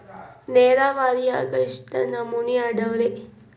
ನೇರಾವರಿಯಾಗ ಎಷ್ಟ ನಮೂನಿ ಅದಾವ್ರೇ?